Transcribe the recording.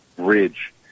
bridge